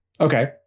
Okay